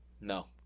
No